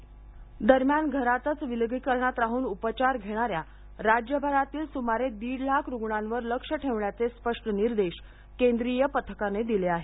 विलगीकरण दरम्यान घरातच विलगीकरणात राहून उपचार घेणाऱ्या राज्यभरातील सुमारे दीड लाख रुग्णांवर लक्ष ठेवण्याचे स्पष्ट निर्देश केंद्रीय पथकाने दिले आहेत